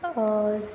और